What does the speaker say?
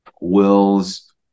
Will's